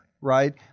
right